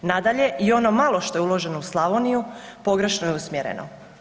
Nadalje, i ono malo što je uloženo u Slavoniju pogrešno je usmjereno.